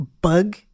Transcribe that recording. bug